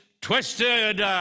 twisted